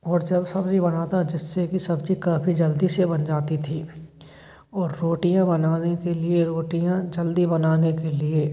और जब सब्ज़ी बनाता जिससे कि सब्ज़ी काफ़ी जल्दी से बन जाती थी और रोटियाँ बनाने के लिए रोटियाँ जल्दी बनाने के लिए